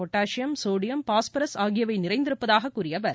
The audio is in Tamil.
பொட்டாசியம் சோடியம் பாஸ்பரஸ் ஆகியவை நிறைந்திருப்பதாக கூறிய அவர்